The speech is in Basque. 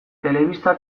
telebista